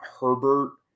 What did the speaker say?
Herbert